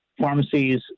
Pharmacies